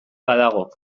badago